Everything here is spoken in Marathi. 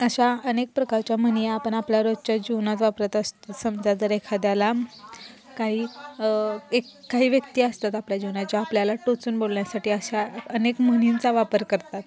अशा अनेक प्रकारच्या म्हणी आपण आपल्या रोजच्या जीवनात वापरत असतो समजा जर एखाद्याला काही एक काही व्यक्ती असतात आपल्या जीवनाच्या आपल्याला टोचून बोलण्यासाठी अशा अनेक म्हणींचा वापर करतात